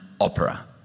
opera